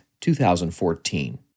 2014